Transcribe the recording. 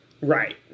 Right